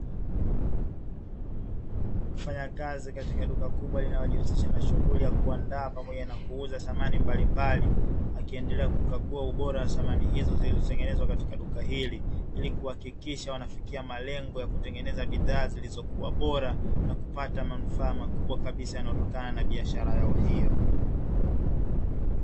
Mfanyakazi katika duka kubwa linalojihusisha na shughuli ya kuandaa pamoja na kuuza samani mbalimbali. Akiendelea kukagua ubora wa samani hizo zilizotengezwa katika duka hili, ili kuhakikisha wanafikia malengo ya kutengeneza bidhaa zilizokuwa bora na kupata manufaa makubwa kabisa yanayotokana na biashara yao hiyo.